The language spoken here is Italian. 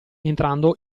entrando